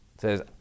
says